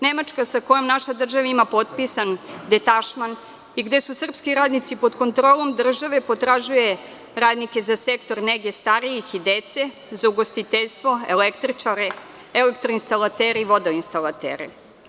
Nemačka sa kojom naša država ima potpisan detašman i gde su srpski radnici pod kontrolom države, potražuje radnike za sektor nege starijih i dece, za ugostiteljstvo, električare, elektroinstalatere i vodoinstalatere.